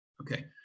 Okay